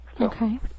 Okay